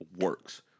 works